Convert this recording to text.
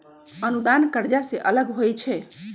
अनुदान कर्जा से अलग होइ छै